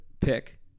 pick